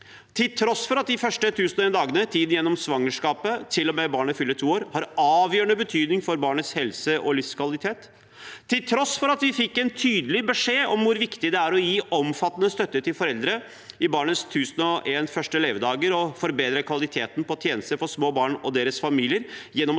til tross for at de første 1 001 dagene, tiden gjennom svangerskapet til og med barnet fyller to år, har avgjørende betydning for barnets helse og livskvalitet, og til tross for at vi fikk en tydelig beskjed om hvor viktig det er å gi omfattende støtte til foreldre i barnets 1 001 første levedager og forbedre kvaliteten på tjenester for små barn og deres familier